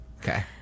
Okay